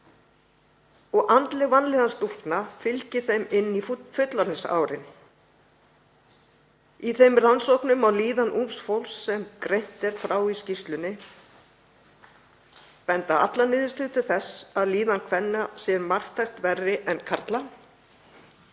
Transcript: Andleg vanlíðan stúlkna fylgir þeim inn í fullorðinsárin. Í þeim rannsóknum á líðan ungs fólks sem greint er frá í skýrslunni benda allar niðurstöður til þess að líðan kvenna sé marktækt verri en karla.